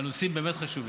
מבין יותר טוב ממני.